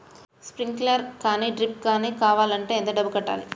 Sprinkler కానీ డ్రిప్లు కాని కావాలి అంటే ఎంత డబ్బులు కట్టాలి?